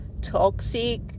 toxic